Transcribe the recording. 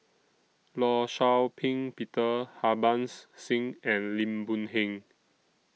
law Shau Ping Peter Harbans Singh and Lim Boon Heng